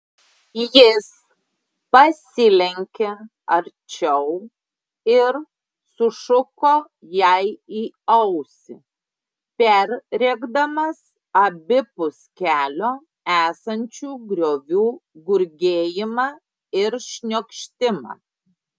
jis pasilenkė arčiau ir sušuko jai į ausį perrėkdamas abipus kelio esančių griovių gurgėjimą ir šniokštimą